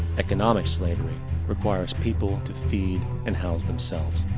economic slavery requires people to feed and house themselves.